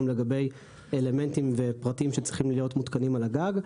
לגבי אלמנטים ופרטים שצריכים להיות מותקנים על הגג,